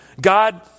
God